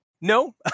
No